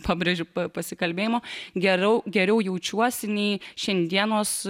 pabrėžiu pasikalbėjimo geriau geriau jaučiuosi nei šiandienos